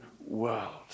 world